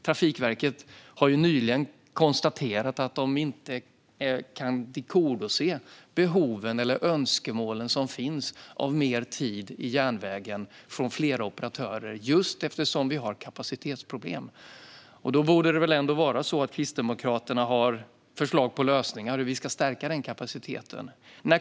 Trafikverket har nyligen konstaterat att de inte kan tillgodose de behov eller önskemål som finns från flera operatörer om mer tid på järnvägen just eftersom vi har kapacitetsproblem. Då borde det väl ändå vara så att Kristdemokraterna har förslag på lösningar på hur vi ska stärka kapaciteten.